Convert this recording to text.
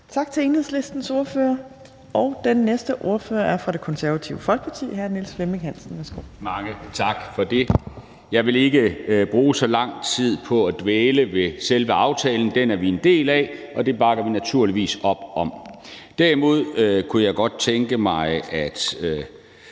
Tak til Enhedslistens ordfører. Den næste ordfører er fra Det Konservative Folkeparti. Hr. Niels Flemming Hansen, værsgo. Kl. 15:40 (Ordfører) Niels Flemming Hansen (KF): Mange tak for det. Jeg vil ikke bruge så lang tid på at dvæle ved selve aftalen. Den er vi en del af, og den bakker vi naturligvis op om. Derimod kunne jeg godt tænke mig at